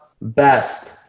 best